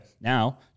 Now